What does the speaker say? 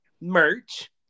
merch